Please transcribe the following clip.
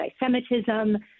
anti-Semitism